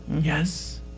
Yes